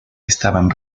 estaban